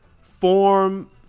form